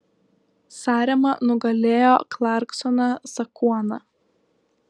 sarema nugalėjo klarksoną sakuoną